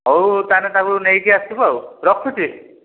ହୋଉ ତାହେଲେ ତାକୁ ନେଇକି ଆସିବୁ ଆଉ ରଖୁଛି